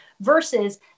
versus